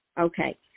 Okay